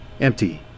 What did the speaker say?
Empty